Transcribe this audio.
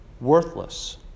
worthless